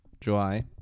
July